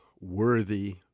worthy